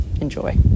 enjoy